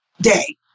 day